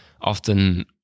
often